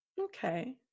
okay